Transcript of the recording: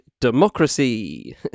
democracy